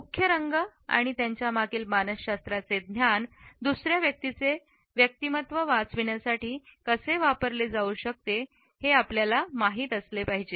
मुख्य रंग आणि त्यांच्या मागील मानसशास्त्राचे ज्ञान दुसर्या व्यक्तीचे व्यक्तिमत्व वाचण्यासाठी कसे वापरले जाऊ शकते हे आपल्याला माहित असले पाहिजे